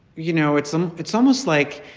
you know, it's some it's almost like